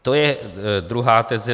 To je druhá teze.